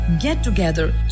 get-together